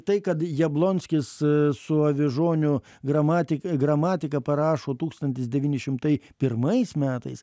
tai kad jablonskis su avižoniu gramatik ir gramatiką parašo tūkstantis devyni šimtai pirmais metais